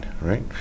right